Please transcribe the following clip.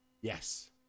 Yes